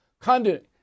Conduit